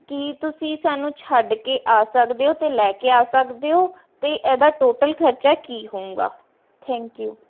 ਕੀ ਤੁਸੀਂ ਸਾਨੂੰ ਛੱਡ ਕੇ ਆ ਸਕਦੇ ਹੋ ਅਤੇ ਲੈ ਕੇ ਆ ਸਕਦੇ ਹੋ ਅਤੇ ਇਹਦਾ ਟੋਟਲ ਖਰਚਾ ਕੀ ਹੋਉਂਗਾ ਥੈਂਕ ਯੂ